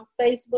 facebook